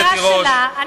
למגרש שלה.